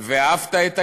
על "ואהבת את הגר"